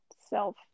self